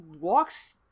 walks